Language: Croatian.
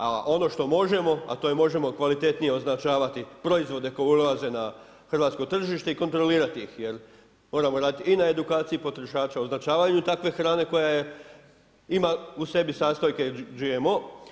A ono što možemo, a to je možemo, kvalitetnije označavati proizvode koje ulaze na hrvatsko tržište i kontrolirati ih, jer moramo raditi i na edukaciji potrošača označavanje takve hrane koja ima u sebi sastojke GMO.